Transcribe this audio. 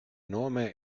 nome